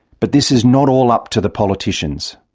but this is not all up to the politicians.